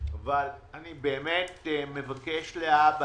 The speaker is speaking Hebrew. אבל אני באמת מבקש להבא,